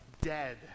dead